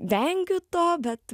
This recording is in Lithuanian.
vengiu to bet